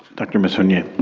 dr. messonnier.